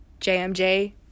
JMJ